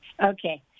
Okay